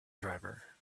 driver